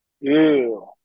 Ew